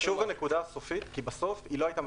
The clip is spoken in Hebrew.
חשובה הנקודה הסופית כי בסוף היא לא הייתה